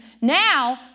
now